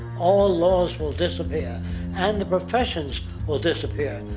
all laws will disappear and the professions will disappear,